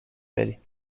بریم